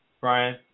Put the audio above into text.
Brian